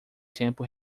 tempo